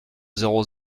zéro